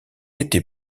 été